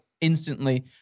instantly